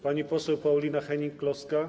Pani poseł Paulina Hennig-Kloska.